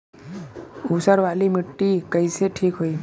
ऊसर वाली मिट्टी कईसे ठीक होई?